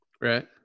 Right